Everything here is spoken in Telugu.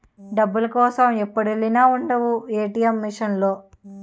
డబ్బుల కోసం ఎప్పుడెల్లినా ఉండవు ఏ.టి.ఎం మిసన్ లో